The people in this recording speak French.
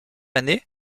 année